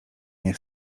nie